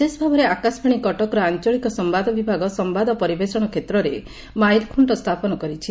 ବିଶେଷଭାବରେ ଆକାଶବାଣୀ କଟକର ଆଞ୍ଚଳିକ ସମ୍ଭାଦ ବିଭାଗ ସମ୍ଭାଦ ପରିବେଷଣ ଷେତ୍ରରେ ମାଇଲଖୁଣ୍ଣ ସ୍ତାପନ କରିଛି